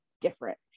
different